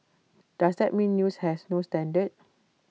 does that mean news has no standard